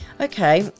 okay